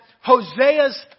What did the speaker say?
Hosea's